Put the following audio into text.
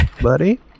Buddy